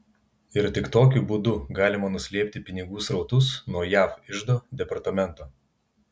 ir tik tokiu būdu galima nuslėpti pinigų srautus nuo jav iždo departamento